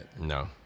No